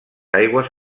aigües